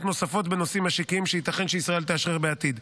נוספות בנושאים משיקים שייתכן שישראל תאשרר בעתיד.